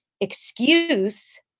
excuse